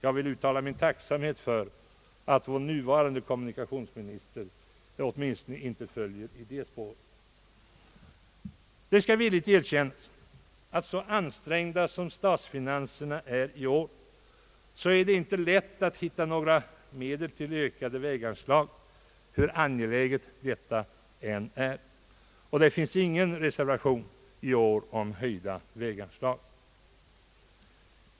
Jag vill uttala min tacksamhet för att vår nuvarande kommunikationsminister åtminstone inte följer i det spåret. Det skall villigt erkännas att med årets ansträngda statsfinanser är det inte lätt att hitta några medel till ökade väganslag, hur angelägna dessa än är. Det finns i år ingen reservation om höjda väganslag.